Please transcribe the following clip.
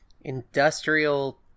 Industrial